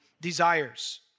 desires